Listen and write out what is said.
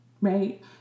right